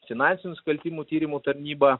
finansinių nusikaltimų tyrimų tarnyba